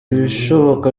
ibishoboka